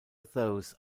those